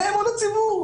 זה אמון הציבור.